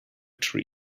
trees